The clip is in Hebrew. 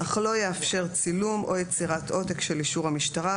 אך לא יאפשר צילום או יצירת עותק של אישור המשטרה,